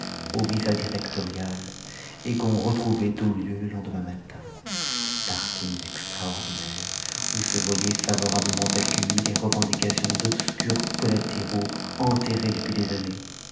qu'on retrouvait aux lieux le lendemain matin tartines extraordinaires où se voyaient favorablement accueillies les revendications d'obscurs collatéraux enterrés depuis des années